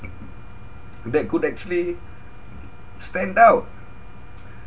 that could actually stand out